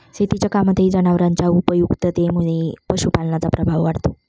शेतीच्या कामातही जनावरांच्या उपयुक्ततेमुळे पशुपालनाचा प्रभाव वाढतो